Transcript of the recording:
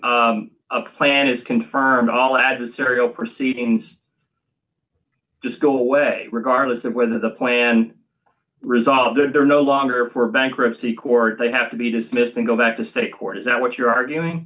a plan is confirmed all adversarial proceedings just go away regardless of whether the planned result there are no longer for bankruptcy court they have to be dismissed and go back to state court is that what you're arguing